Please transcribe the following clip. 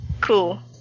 Cool